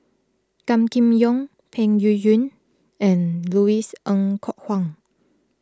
Gan Kim Yong Peng Yuyun and Louis Ng Kok Kwang